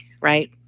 right